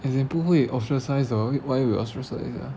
as in 不会 ostracise [what] why will ostracise sia